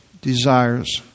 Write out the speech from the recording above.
desires